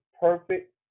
perfect